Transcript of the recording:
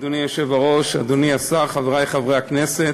אדוני היושב-ראש, אדוני השר, חברי חברי הכנסת,